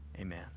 Amen